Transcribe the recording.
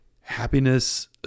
happiness